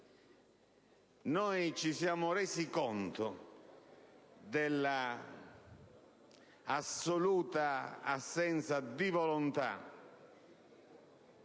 Noi ci siamo resi conto della assoluta assenza di una volontà